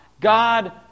God